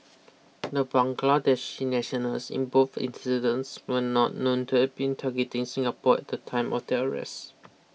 the Bangladeshi nationals in both incidents were not known to have been targeting Singapore at the time of their arrests